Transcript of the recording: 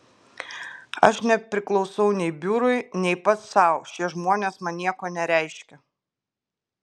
aš nepriklausau nei biurui nei pats sau šie žmonės man nieko nereiškia